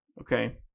Okay